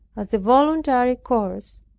as a voluntary course,